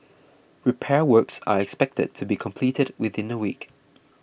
repair works are expected to be completed within a week